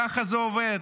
ככה זה עובד.